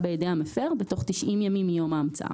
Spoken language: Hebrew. בידי המפר בתוך 90 ימים מיום ההמצאה.